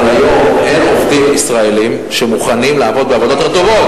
אבל היום אין עובדים ישראלים שמוכנים לעבוד בעבודות רטובות.